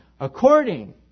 According